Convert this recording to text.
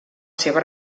seva